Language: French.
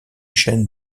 chaîne